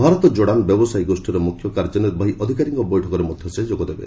Bharat Jordan ବ୍ୟବସାୟୀ ଗୋଷ୍ଠୀର ମୁଖ୍ୟ କାର୍ଯ୍ୟନିର୍ବାହୀ ଅଧିକାରୀଙ୍କ ବୈଠକରେ ମଧ୍ୟ ସେ ଯୋଗଦେବେ